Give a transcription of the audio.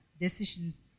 decisions